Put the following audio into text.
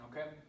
okay